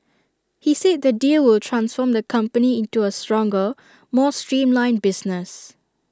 he said the deal will transform the company into A stronger more streamlined business